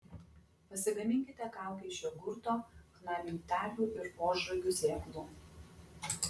pasigaminkite kaukę iš jogurto chna miltelių ir ožragių sėklų